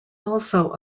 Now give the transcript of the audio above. also